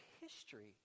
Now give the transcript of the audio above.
history